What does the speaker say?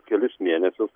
kelis mėnesius